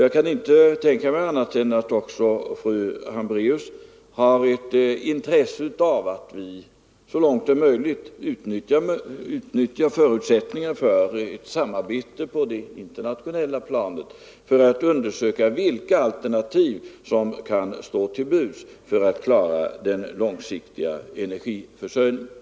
Jag kan inte tänka mig annat än att också fru Hambraeus har ett intresse av att vi så långt det är möjligt utnyttjar förutsättningarna för ett samarbete på det internationella planet för att undersöka vilka alternativ som kan stå till buds för att klara den långsiktiga energiförsörjningen.